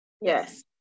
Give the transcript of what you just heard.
Yes